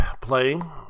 playing